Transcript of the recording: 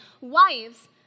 wives